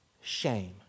shame